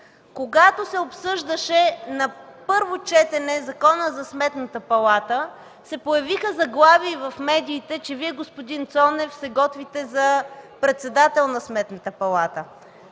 Когато се обсъждаше на първо четене Законът за Сметната палата, се появиха заглавия в медиите, че Вие, господин Цонев, се готвите за председател на Сметната палата.